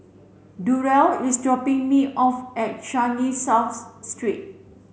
Durrell is dropping me off at Changi South Street